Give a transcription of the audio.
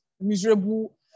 miserable